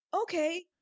Okay